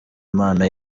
impano